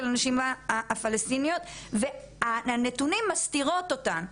הנשים הפלשתינאיות והנתונים מסתירים אותן.